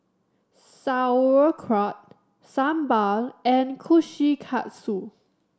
Sauerkraut Sambar and Kushikatsu